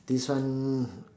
this one